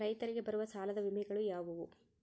ರೈತರಿಗೆ ಬರುವ ಸಾಲದ ವಿಮೆಗಳು ಯಾವುವು?